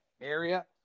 area